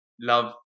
love